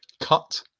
cut